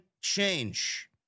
change